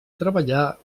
treballar